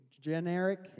generic